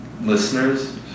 listeners